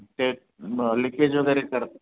ते लिकेज वगैरे करतात